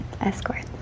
Escort